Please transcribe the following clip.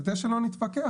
כדי שלא נתווכח,